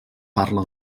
parla